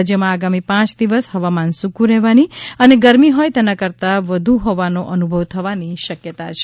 રાજ્યમાં આગામી પાંચ દિવસ હવામાન સૂકું રહેવાની અને ગરમી હોય તેના કરતાં વધુ હોવાનો અનુભવ થવાની શક્યતા છે